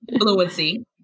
Fluency